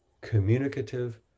communicative